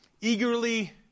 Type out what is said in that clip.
eagerly